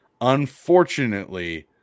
unfortunately